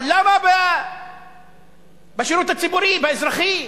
אבל למה בשירות הציבורי, באזרחי?